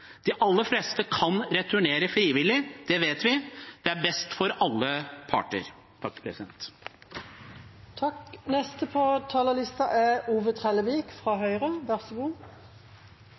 De aller fleste kan returnere frivillig, det vet vi. Det er best for alle parter. Regjeringas politikk på innvandringsfeltet verkar svært bra. Regjeringa vart sett på prøve i 2015, men no er